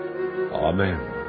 Amen